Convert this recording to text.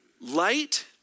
light